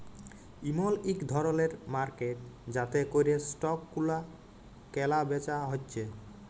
ইমল ইক ধরলের মার্কেট যাতে ক্যরে স্টক গুলা ক্যালা বেচা হচ্যে